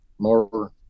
More